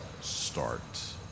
start